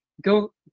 go